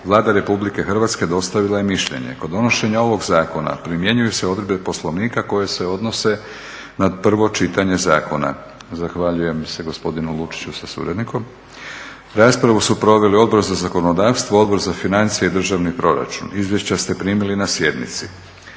Vlada Republike Hrvatske dostavila je mišljenje. Kod donošenja ovog zakona primjenjuju se odredbe Poslovnika koje se odnose na prvo čitanje zakona. Zahvaljujem se gospodinu Lučiću sa suradnikom. Raspravu su proveli Odbor za zakonodavstvo, Odbor za financije i državni proračun. Izvješća ste primili na sjednici.